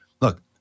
look